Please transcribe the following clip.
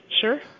Sure